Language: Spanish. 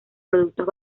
productos